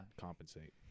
compensate